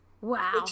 Wow